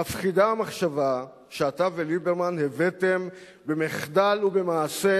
מפחידה המחשבה שאתה וליברמן הבאתם במחדל ובמעשה